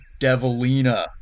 Devilina